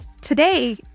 Today